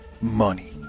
money